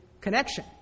connection